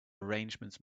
arrangements